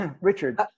Richard